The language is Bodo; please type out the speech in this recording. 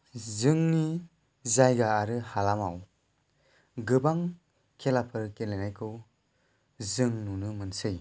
जोंनि जायगा आरो हालामाव गोबां खेलाफोर गेलेनायखौ जों नुनो मोनसै